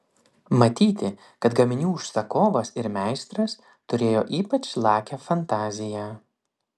matyti kad gaminių užsakovas ir meistras turėjo ypač lakią fantaziją